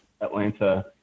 Atlanta